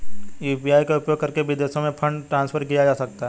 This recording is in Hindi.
यू.पी.आई का उपयोग करके विदेशों में फंड ट्रांसफर किया जा सकता है?